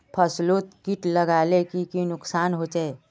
फसलोत किट लगाले की की नुकसान होचए?